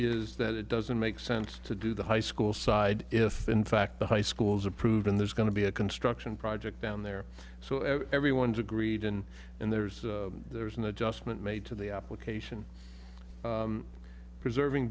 is that it doesn't make sense to do the high school side if in fact the high schools approved and there's going to be a construction project down there so everyone's agreed and then there's there's an adjustment made to the application preserving